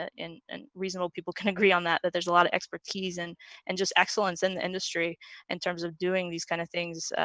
ah and reasonable people can agree on that that there's a lot of expertise and and just excellence in the industry in terms of doing these kind of things,